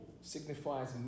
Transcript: signifies